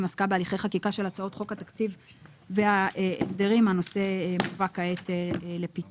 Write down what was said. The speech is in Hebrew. עסקה בהליכי חקיקה של הצעות חוק התקציב וההסדרים הנושא מובא כעת לפתחה.